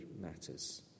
matters